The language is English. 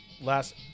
last